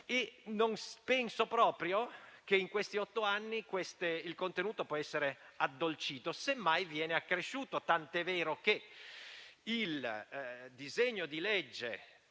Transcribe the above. Non penso proprio che in questi otto anni il contenuto possa essersi addolcito; semmai, viene accresciuto. Tanto è vero che il disegno di legge